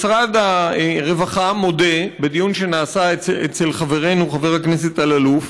משרד הרווחה מודה בדיון שנעשה אצל חברנו חבר הכנסת אלאלוף